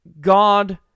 God